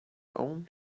own